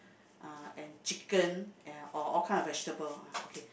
uh and chicken and or all kind of vegetables ah okay